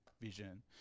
vision